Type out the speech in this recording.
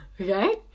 okay